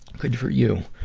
good for you.